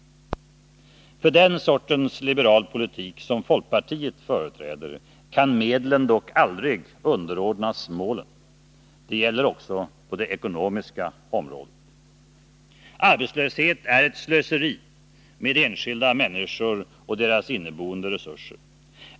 För den sortens liberala politik som folkpartiet företräder kan medlen dock aldrig underordnas målen. Det gäller också på det ekonomiska området. Arbetslöshet är ett slöseri med enskilda människor och deras inneboende resurser.